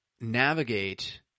navigate